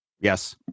Yes